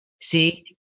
See